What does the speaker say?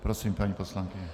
Prosím, paní poslankyně.